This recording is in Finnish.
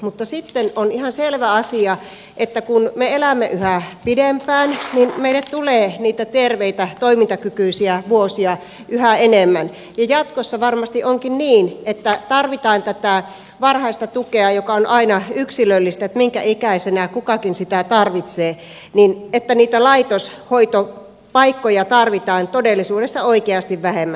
mutta sitten on ihan selvä asia että kun me elämme yhä pidempään niin meille tulee niitä terveitä toimintakykyisiä vuosia yhä enemmän ja jatkossa varmasti onkin niin että tarvitaan tätä varhaista tukea joka on aina yksilöllistä sen suhteen minkä ikäisenä kukakin sitä tarvitsee ja niitä laitoshoitopaikkoja tarvitaan todellisuudessa oikeasti vähemmän